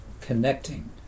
connecting